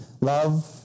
Love